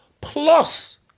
plus